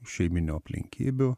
šeiminių aplinkybių